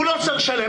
הוא לא צריך לשלם,